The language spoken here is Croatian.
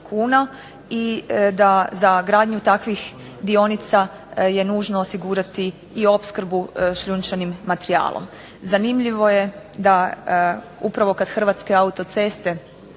i da za gradnju takvih dionica je nužno osigurati i opskrbu šljunčanim materijalom. Zanimljivo je da upravo kad Hrvatske autoceste